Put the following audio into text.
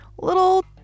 little